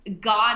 God